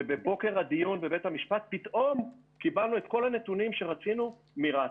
ובבוקר הדיון בבית המשפט פתאום קיבלנו את כל הנתונים שרצינו מרת"א.